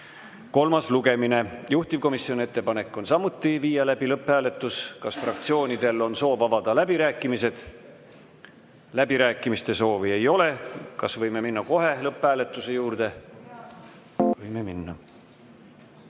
kolmas lugemine. Juhtivkomisjoni ettepanek on samuti viia läbi lõpphääletus. Kas fraktsioonidel on soovi avada läbirääkimised? Läbirääkimiste soovi ei ole. Kas võime minna kohe lõpphääletuse juurde? Võime